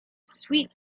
sweet